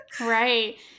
Right